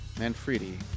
Manfredi